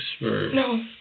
No